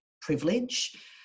privilege